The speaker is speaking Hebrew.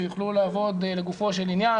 שיוכלו לעבוד לגופו של עניין,